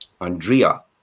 Andrea